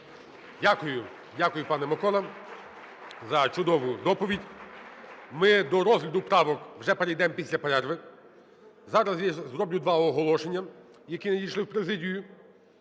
Дякую, пане Миколо, за чудову доповідь. Ми до розгляду правок вже перейдемо після перерви. Зараз я зроблю два оголошення, які надійшли в президію.